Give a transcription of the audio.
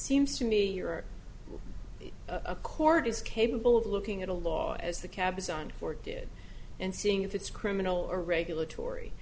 seems to me you're a court is capable of looking at a law as the cabazon court did and seeing if it's criminal or regulatory